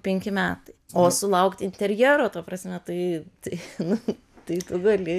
penki metai o sulaukt interjero ta prasme tai tai nu tai gali